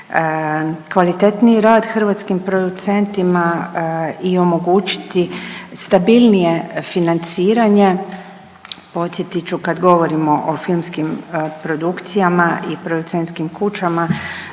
kvalitetniji rad hrvatskim producentima i omogućiti stabilnije financiranje. Podsjetit ću, kad govorimo o filmskim produkcijama i producentskim kućama